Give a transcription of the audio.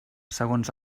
segons